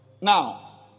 Now